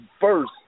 first